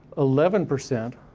eleven percent